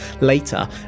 later